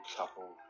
couple